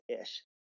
ish